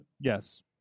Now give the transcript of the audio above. Yes